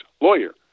lawyer